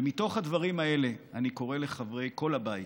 ומתוך הדברים האלה אני קורא לחברי כל הבית,